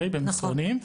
במסרונים.